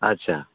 ᱟᱪᱪᱷᱟ